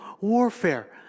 warfare